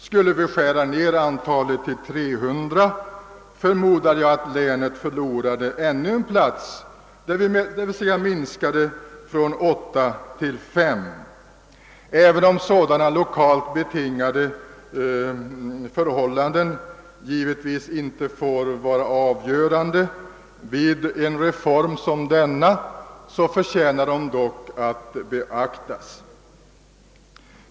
Skulle vi skära ned antalet till 300 förmodar jag att länet skulle förlora ännu en plats, d.v.s. att antalet ledamöter skulle minska från åtta till fem. även om sådana lokalt betingade synpunkter givetvis inte får vara avgörande vid genomförandet av en reform som denna, förtjänar de dock att beaktas.